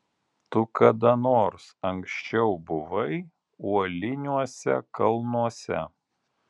tu kada nors anksčiau buvai uoliniuose kalnuose